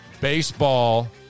baseball